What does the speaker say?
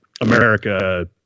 america